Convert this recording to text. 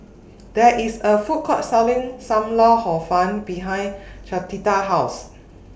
There IS A Food Court Selling SAM Lau Hor Fun behind Clotilda's House